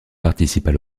participent